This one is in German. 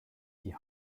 die